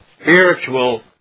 spiritual